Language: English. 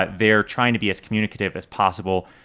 ah they're trying to be as communicative as possible,